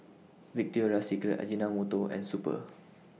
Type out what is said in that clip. Victoria Secret Ajinomoto and Super